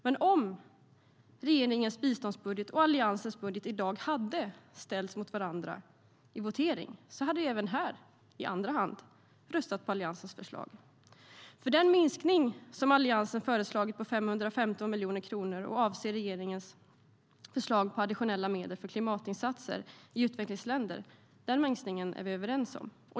Men om regeringens biståndsbudget och Alliansens budget hade ställts mot varandra vid en votering i dag hade vi även i dag röstat på Alliansens förslag i andra hand. Den minskning på 515 miljoner kronor som Alliansen har föreslagit och som avser regeringens förslag på additionella medel för klimatinsatser i utvecklingsländer är vi nämligen överens om.